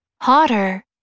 hotter